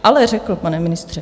Ale řekl, pane ministře!